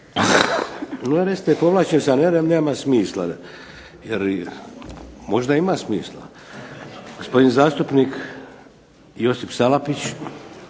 Onda recite povlačim, a ne nema smisla jer možda ima smisla. Gospodin zastupnik Josip Salapić.